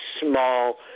Small